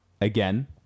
again